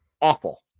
awful